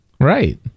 right